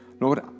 Lord